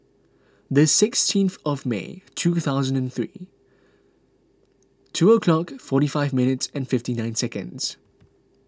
the sixteenth of May two thousand and three two O'clock forty five minutes and fifty nine seconds